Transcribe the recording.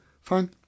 Fine